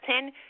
ten